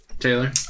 Taylor